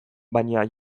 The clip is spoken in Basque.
baina